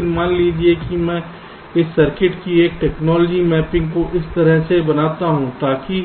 लेकिन मान लीजिए कि मैं इस सर्किट की एक टेक्नॉलॉजी मैपिंग को इस तरह से बनाता हूं ताकि